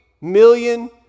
million